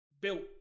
built